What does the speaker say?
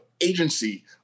agency